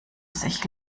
sich